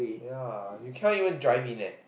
ya you cannot even drive in leh